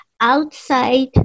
outside